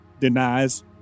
denies